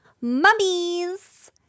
mummies